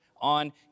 on